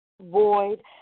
void